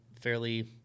fairly